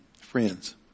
friends